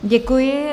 Děkuji.